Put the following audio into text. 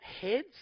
heads